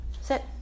Sit